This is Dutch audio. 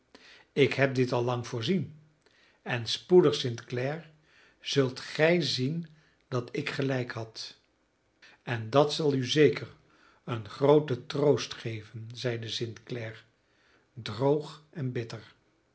ik heb dit al lang voorzien en spoedig st clare zult gij zien dat ik gelijk had en dat zal u zeker een grooten troost geven zeide st clare droog en bitter